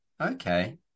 okay